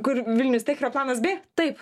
kur vilnius tech yra planas bė taip